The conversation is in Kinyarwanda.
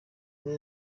umwe